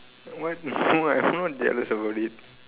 what I am not jealous about it